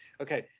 Okay